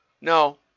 No